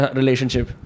relationship